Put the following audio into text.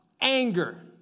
anger